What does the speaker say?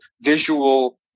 visual